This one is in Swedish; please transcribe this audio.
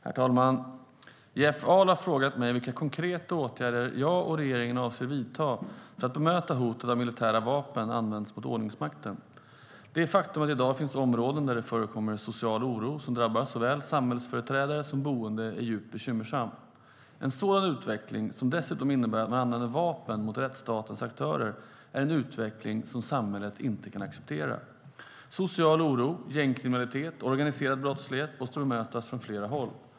Herr talman! Jeff Ahl har frågat mig vilka konkreta åtgärder jag och regeringen avser att vidta för att bemöta hotet av att militära vapen används mot ordningsmakten. Det faktum att det i dag finns områden där det förekommer social oro som drabbar såväl samhällsföreträdare som boende är djupt bekymmersamt. En sådan utveckling, som dessutom innebär att man använder vapen mot rättsstatens aktörer, är en utveckling som samhället inte kan acceptera. Social oro, gängkriminalitet och organiserad brottslighet måste bemötas från flera håll.